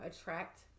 attract